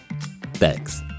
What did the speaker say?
Thanks